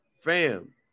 fam